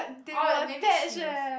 orh maybe she was